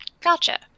Gotcha